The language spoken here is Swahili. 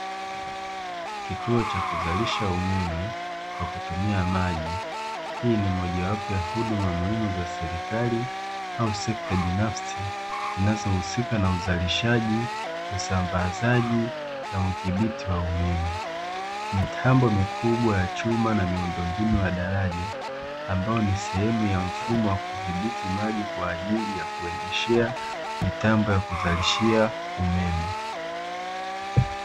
Kituo cha kuzalisha umeme kwa kutumia maji. Hii ni mojawapo ya huduma muhimu za serikali au sekta binafsi zinazohusika na uzalishaji, usambazaji na udhibiti wa umeme. Mitambo mikubwa ya chuma na miundombinu ya daraja ambalo ni sehemu ya mfumo wa kudhibiti maji kwa ajili ya kuendeshea mitambo ya kuzalishia umeme.